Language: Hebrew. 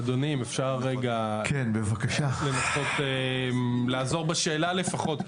אדוני, אם אפשר לנסות לעזור בשאלה לפחות.